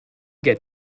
get